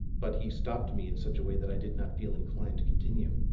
but he stopped me in such a way that i did not feel inclined to continue.